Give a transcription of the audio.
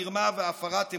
מרמה והפרת אמונים,